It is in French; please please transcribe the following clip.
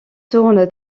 tourne